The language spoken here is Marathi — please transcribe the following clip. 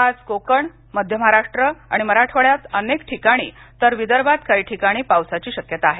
आज कोकण मध्य महाराष्ट्र आणि मराठवाड्यात अनेक ठिकाणी तर विदर्भात काही ठिकाणी पावसाची शक्यता आहे